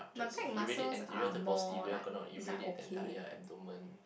just if you rate it interior to posterior gonna irradiate the entire abdomen